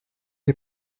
est